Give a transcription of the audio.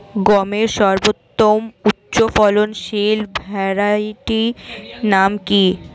গমের সর্বোত্তম উচ্চফলনশীল ভ্যারাইটি নাম কি?